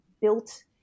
built